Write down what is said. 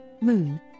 moon